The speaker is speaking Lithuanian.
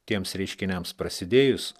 tiems reiškiniams prasidėjus